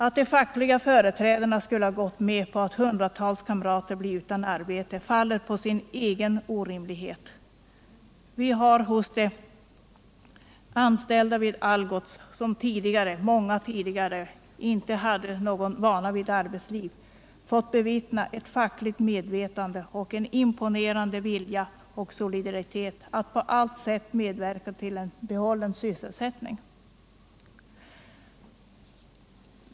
Att de fackliga företrädarna skulle ha gått med på att hundratals kamrater blir utan arbete faller på sin egen orimlighet. Vi har hos de anställda vid Algots, bland vilka många tidigare inte hade någon vana vid arbetsliv, fått bevittna ett fackligt medvetande, en solidaritet och en imponerande vilja att på allt sätt medverka till en bibehållen sysselsättning.